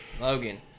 Logan